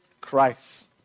christ